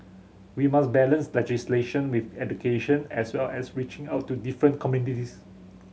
we must balance legislation with education as well as reaching out to different